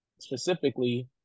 specifically